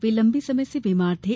वे लम्बे समय से बीमार थे